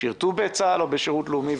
שירתו בצה"ל או בשירות לאומי,